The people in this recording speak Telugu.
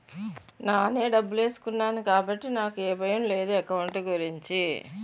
నానే డబ్బులేసుకున్నాను కాబట్టి నాకు ఏ భయం లేదు ఎకౌంట్ గురించి